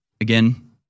again